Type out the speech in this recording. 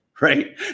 Right